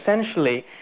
essentially,